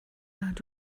nad